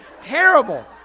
terrible